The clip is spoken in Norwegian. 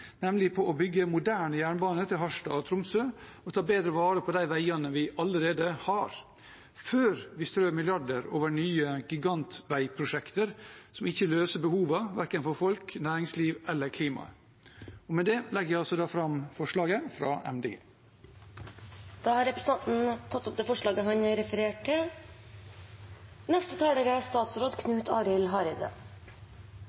nemlig på å bygge moderne jernbane til Harstad og Tromsø og ta bedre vare på de veiene vi allerede har – før vi strør milliarder over nye gigantveiprosjekter, som ikke løser behovene for verken folk, næringsliv eller klima. Med det legger jeg altså fram forslaget fra Miljøpartiet De Grønne. Representanten Per Espen Stoknes har tatt opp det forslaget han refererte til. Det er